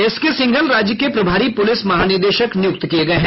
SK Singhal राज्य के प्रभारी प्रलिस महानिदेशक नियुक्त किये गये हैं